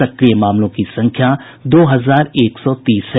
सक्रिय मामालों की संख्या दो हजार एक सौ तीस है